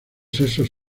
sexos